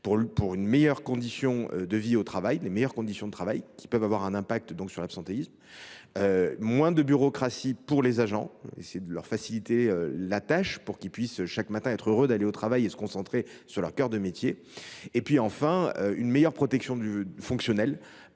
que je recevrai dès jeudi après midi : de meilleures conditions de travail – cela peut évidemment avoir un impact sur l’absentéisme ; moins de bureaucratie pour les agents, en essayant de leur faciliter la tâche, pour qu’ils puissent chaque matin être heureux d’aller au travail et se concentrer sur leur cœur de métier ; enfin, une meilleure protection fonctionnelle,